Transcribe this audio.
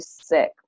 sick